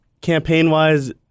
campaign-wise